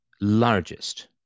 largest